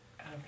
Okay